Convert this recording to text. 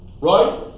right